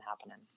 happening